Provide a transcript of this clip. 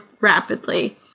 rapidly